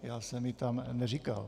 Já jsem ji tam neříkal.